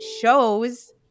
shows